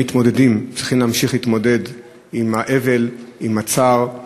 הם צריכים להמשיך להתמודד עם האבל, עם הצער.